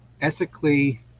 ethically